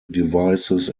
devices